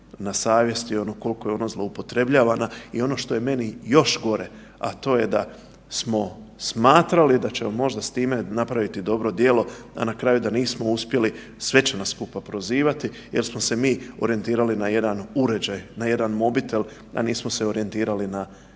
na savjesti koliko je ona zloupotrebljavana. I ono što je meni još gore, a to je da smo smatrali da ćemo možda s time napraviti dobro djelo da na kraju nismo uspjeli, sve će nas skupa prozivati jer smo se mi orijentirali na jedan uređaj, na jedan mobitel, a nismo se orijentirali na